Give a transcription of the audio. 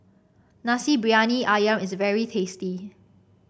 Nasi Briyani ayam is very tasty